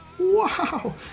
Wow